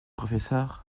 professeur